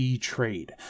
Trade